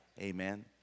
Amen